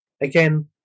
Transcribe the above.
again